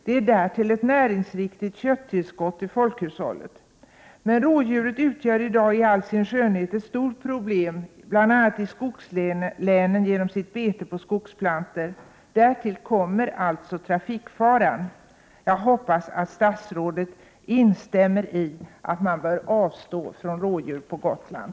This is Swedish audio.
Det är därtill ett näringsriktigt köttillskott i folkhushållet. Men rådjuret utgör i dag i all sin skönhet ett stort problem bl.a. i skogslänen genom att beta på skogsplantor. Därtill kommer alltså trafikfaran. Jag hoppas att statsrådet instämmer i att man bör avstå från rådjur på Gotland.